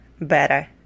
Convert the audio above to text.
better